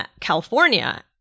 California